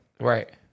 Right